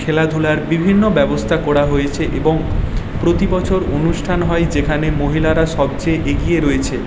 খেলাধুলার বিভিন্ন ব্যবস্থা করা হয়েছে এবং প্রতিবছর অনুষ্ঠান হয় যেখানে মহিলারা সবচেয়ে এগিয়ে রয়েছে